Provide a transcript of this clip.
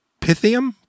Pythium